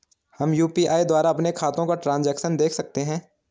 हम यु.पी.आई द्वारा अपने खातों का ट्रैन्ज़ैक्शन देख सकते हैं?